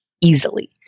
easily